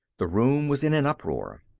the room was in an uproar.